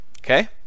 Okay